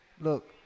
look